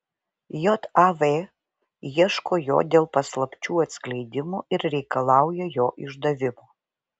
jav ieško jo dėl paslapčių atskleidimo ir reikalauja jo išdavimo